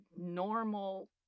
normal